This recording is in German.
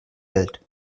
welt